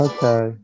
Okay